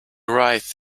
right